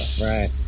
Right